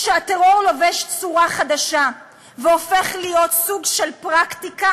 כשהטרור לובש צורה חדשה והופך להיות סוג של פרקטיקה